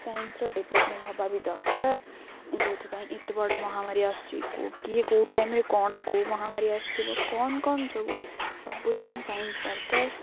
ସାଇନ୍ସର development ହେବା ବି ଦରକାର ଯେଉଁଥିପାଇଁ ଏତେ ବଡ଼ ମହାମାରୀ ଆସୁଛି କେଉଁ କିଏ କେଉଁ ଟାଇମ୍ରେ କ'ଣ କୋଉ ମହାମାରୀ ଆସିବ କ'ଣ କ'ଣ ସବୁ ସବୁଥିପାଇଁ ସାଇନ୍ସ ଦରକାର